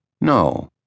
No